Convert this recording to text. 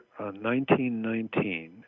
1919